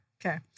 Okay